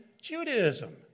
Judaism